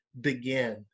begin